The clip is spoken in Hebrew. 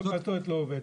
מה זאת אומרת לא עובד?